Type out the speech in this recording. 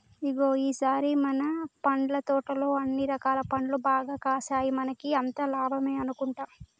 ఇగో ఈ సారి మన పండ్ల తోటలో అన్ని రకాల పండ్లు బాగా కాసాయి మనకి అంతా లాభమే అనుకుంటా